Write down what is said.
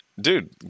dude